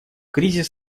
кризис